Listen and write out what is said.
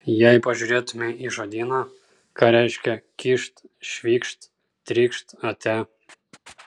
jei pažiūrėtumei į žodyną ką reiškia kyšt švykšt trykšt ate